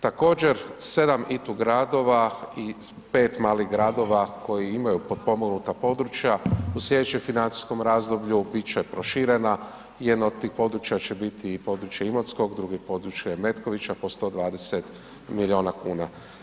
Također 7 ITU gradova i 5 malih gradova koji imaju potpomognuta područja u slijedećem financijskom razdoblju bit će proširena, jedno od tih područja će biti i područje Imotskog, drugo područje Metkovića po 120 milijuna kuna.